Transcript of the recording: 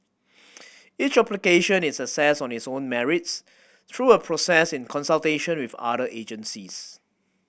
each application is assessed on its own merits through a process in consultation with other agencies